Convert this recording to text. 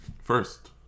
First